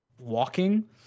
walking